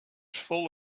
full